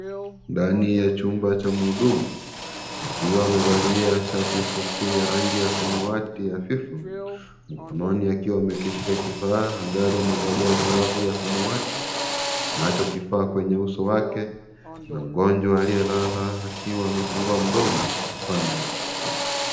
Ndani ya chumba cha mhudumu ikiwa amevalia shati fupi ya rangi ya samawati hafifu mkononi akiwa ameshika kifaa angali amevalia glavu ya samawati nacho kifaa kwenye uso wake na mgonjwa aliyelala akiwa amefungua mdomo upande.